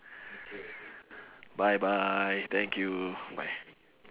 bye bye thank you bye